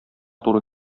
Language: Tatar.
туры